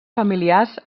familiars